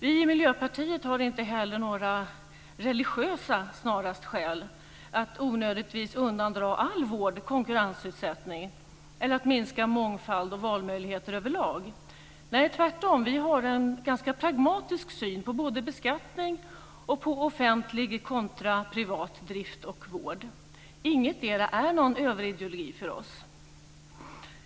Vi i Miljöpartiet har inte heller några "religiösa" skäl att onödigtvis undandra all vård konkurrensutsättning eller att minska mångfald och valmöjligheter överlag. Tvärtom har vi en ganska pragmatisk syn på både beskattning och offentlig kontra privat drift och vård. Ingetdera är någon överideologi för oss.